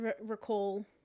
recall